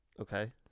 Okay